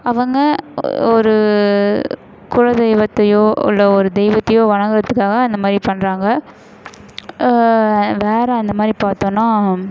அவங்க ஒரு குலதெய்வத்தையோ இல்லை ஒரு தெய்வத்தையோ வணங்கிறத்துக்காக அந்த மாதிரி பண்ணுறாங்க வேறு அந்த மாதிரி பார்த்தோன்னா